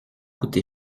coûté